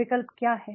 विकल्प क्या हैं